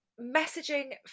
messaging